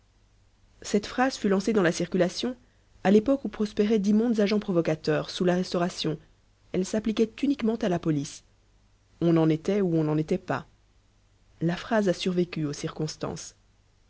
cette phrase fut lancée dans la circulation à l'époque où prospéraient d'immondes agents provocateurs sous la restauration elle s'appliquait uniquement à la police on en était où on n'en était pas la phrase a survécu aux circonstances